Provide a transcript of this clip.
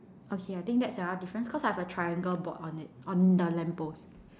okay I think that's a another difference cause I have a triangle board on it on the lamp post